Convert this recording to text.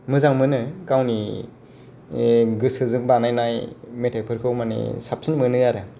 मोजां मोनो गावनि आह गोसोजों बानायनाय मेथाइफोरखौ माने साबसिन मोनो आरो